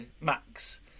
max